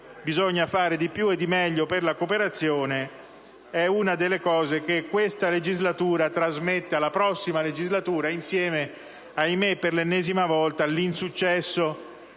Bisogna fare di più e di meglio per la cooperazione; è una delle cose che questa legislatura trasmette alla prossima - insieme ahimè per l'ennesima volta - all'insuccesso